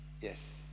Yes